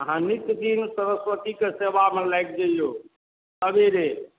अहाँ नित दिन सरस्वती के सेवा मे लागि जइयौ सबेरे